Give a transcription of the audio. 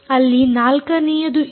ಅಲ್ಲಿ ನಾಲ್ಕನೆಯದು ಇದೆ